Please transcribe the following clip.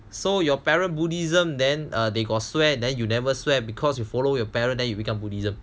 so your parent buddhism then err they got swear then you never swear because you follow your parent then you become buddhism